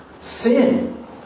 sin